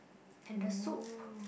and the soup